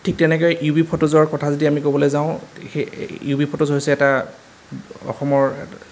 ঠিক তেনেকে U B ফটোজৰ কথা যদি আমি ক'বলৈ যাওঁ সেই ইউ বি ফটোজ হৈছে এটা অসমৰ খুব